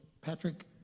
Patrick